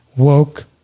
woke